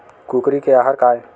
कुकरी के आहार काय?